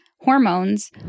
hormones